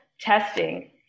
testing